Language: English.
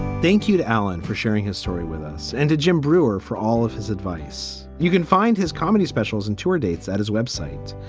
thank you to alan for sharing his story with us. and to jim brewer for all of his advice. you can find his comedy specials and tour dates at his web site.